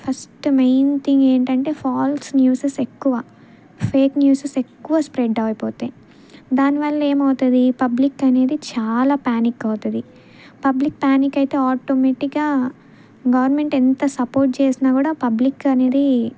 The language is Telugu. ఫస్ట్ మెయిన్ థింగ్ ఏంటంటే ఫాల్స్ న్యూస్ ఎక్కువ ఫేక్ న్యూస్ ఎక్కువ స్ప్రెడ్ అయిపోతాయి దానివల్ల ఏమవుతుంది పబ్లిక్ అనేది చాలా ప్యానిక్ అవుతుంది పబ్లిక్ ప్యానిక్ అయితే ఆటోమేటిక్గా గవర్నమెంట్ ఎంత సపోర్ట్ చేసిన కూడా పబ్లిక్ అనేది